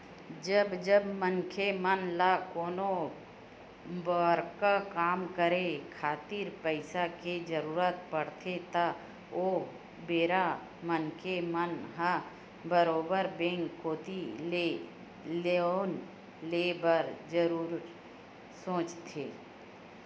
जब जब मनखे मन ल कोनो बड़का काम करे खातिर पइसा के जरुरत पड़थे त ओ बेरा मनखे मन ह बरोबर बेंक कोती ले लोन ले बर जरुर सोचथे